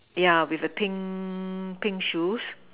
yeah with a pink pink shoes